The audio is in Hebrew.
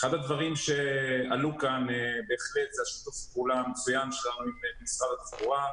אחד הדברים שעלו כאן זה שיתוף הפעולה המצוין שלנו עם משרד התחבורה,